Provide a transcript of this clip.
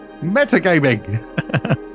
Metagaming